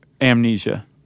Amnesia